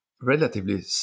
relatively